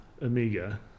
Amiga